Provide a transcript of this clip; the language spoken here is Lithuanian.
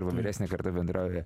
arba vyresnė karta bendrauja